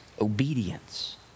obedience